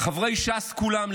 חברי ש"ס כולם,